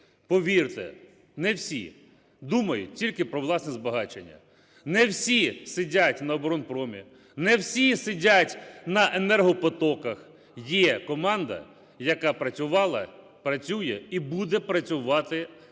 Повірте, не всі думають тільки про власне збагачення, не всі сидять на "Оборонпромі", не всі сидять на енергопотоках. Є команда, яка працювала, працює і буде працювати за вас, на